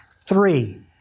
three